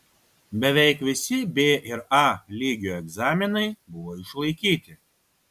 beveik visi b ir a lygio egzaminai buvo išlaikyti